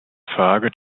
frage